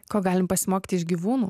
ko galim pasimokyt iš gyvūnų